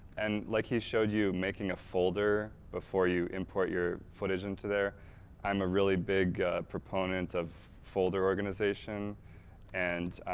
and like he showed you making a folder, before you import your footage into there i'm a really big proponent of folder organization and